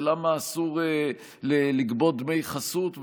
ולמה אסור לגבות דמי חסות.